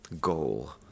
goal